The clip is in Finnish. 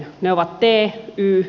ne ovat t y ja ö